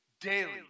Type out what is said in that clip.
daily